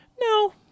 No